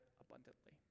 abundantly